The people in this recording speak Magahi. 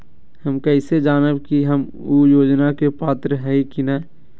हम कैसे जानब की हम ऊ योजना के पात्र हई की न?